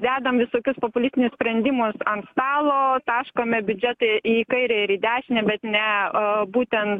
dedam visokius populistinius sprendimus ant stalo taškome biudžetą į kairę ir į dešinę bet ne o būtent